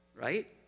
Right